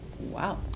wow